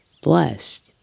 blessed